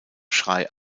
schrei